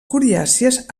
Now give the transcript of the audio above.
coriàcies